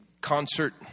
concert